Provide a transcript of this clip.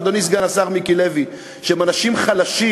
אדוני סגן השר מיקי לוי: הם אנשים חלשים.